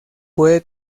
puede